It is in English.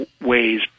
ways